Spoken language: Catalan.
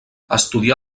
estudià